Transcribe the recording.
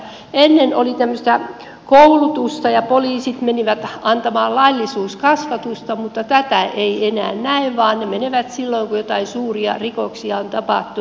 ennen oli koulutusta ja poliisit menivät antamaan laillisuuskasvatusta mutta tätä ei enää näy vaan he menevät silloin kun joitain suuria rikoksia on tapahtunut